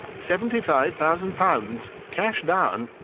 seventy-five thousand pounds, cash down.